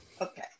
Okay